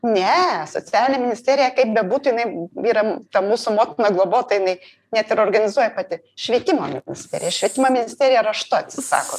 ne socialinė ministerija kaip bebūtų jinai yra ta mūsų motina globotoja jinai net ir organizuoja pati švietimo ministerija švietimo ministerija raštu atsisako